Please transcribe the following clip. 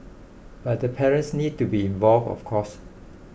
but the parents need to be involved of course